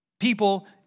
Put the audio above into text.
People